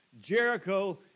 Jericho